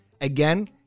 Again